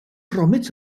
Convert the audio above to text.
gromit